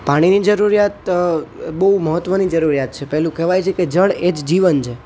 પાણીની જરૂરિયાત બહુ મહત્ત્વની જરૂરિયાત છે પેલું કહેવાય છે કે જળ એ જ જીવન છે